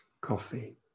coffee